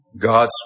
God's